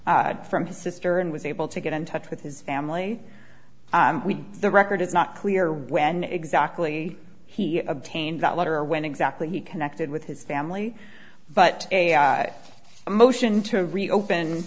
from his sister and was able to get in touch with his family the record is not clear when exactly he obtained that letter when exactly he connected with his family but a motion to reopen